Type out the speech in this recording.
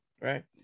right